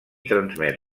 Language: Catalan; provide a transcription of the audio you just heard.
transmet